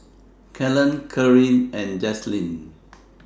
Kellen Karie and Jazlynn